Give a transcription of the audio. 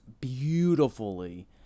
beautifully